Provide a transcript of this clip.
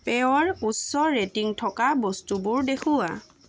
পেয়'ৰ উচ্চ ৰেটিং থকা বস্তুবোৰ দেখুওৱা